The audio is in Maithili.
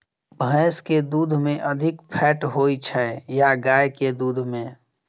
भैंस केँ दुध मे अधिक फैट होइ छैय या गाय केँ दुध में?